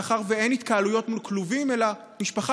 מאחר שאין התקהלויות מול כלובים אלא משפחה